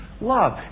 love